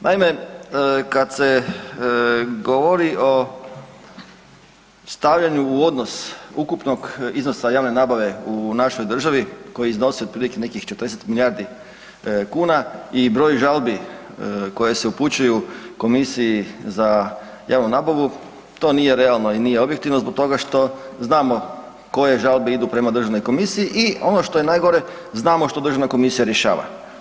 Naime, kad se govori o stavljanju u odnos ukupnog iznosa javne nabave u našoj državi koja iznosi otprilike nekih 40 milijardi kuna i broj žalbi koje se upućuju Komisiji za javnu nabavu to nije realno i nije objektivno zbog toga što znamo koje žalbe idu prema državnoj komisiji i ono što je najgore znamo što državna komisija rješava.